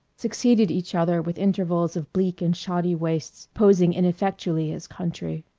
succeeded each other with intervals of bleak and shoddy wastes posing ineffectually as country.